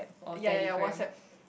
yea yea yea WhatsApp